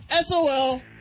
SOL